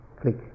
click